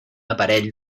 aparell